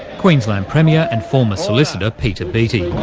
queensland premier and former solicitor, peter beattie.